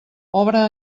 obra